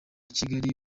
kigali